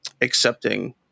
accepting